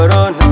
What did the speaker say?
on